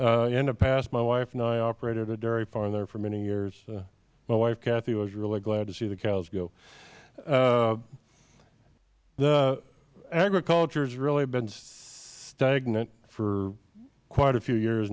in the past my wife and i operated a dairy farm there for many years my wife kathy was really glad to see the cows go agriculture has really been stagnant for quite a few years